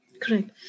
Correct